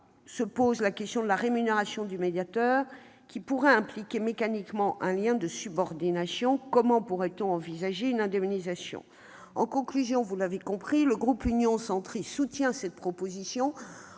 Toutefois, la question de la rémunération du médiateur se pose, qui pourrait impliquer mécaniquement un lien de subordination. Comment pourrait-on envisager son indemnisation ? En conclusion, le groupe Union Centriste soutient cette proposition